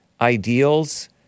ideals